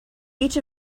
each